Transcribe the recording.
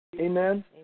Amen